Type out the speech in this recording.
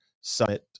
summit